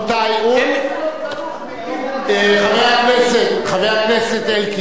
חבר הכנסת אלקין,